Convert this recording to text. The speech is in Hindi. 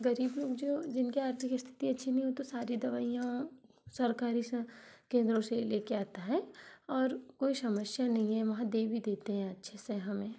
गरीबों जो जिनकी आर्थिक स्थिति अच्छी नहीं हो तो सारी दवाइयाँ सरकारी केंद्रों से लेकर आता है और कोई समस्या नहीं है वहाँ दे भी देते हैं अच्छे से हमें